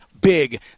big